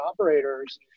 operators